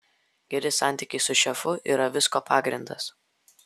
geri santykiai su šefu yra visko pagrindas